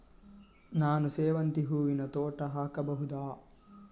ನಾನು ಸೇವಂತಿ ಹೂವಿನ ತೋಟ ಹಾಕಬಹುದಾ?